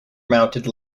mounted